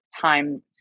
time